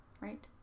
right